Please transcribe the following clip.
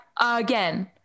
again